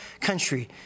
country